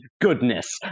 goodness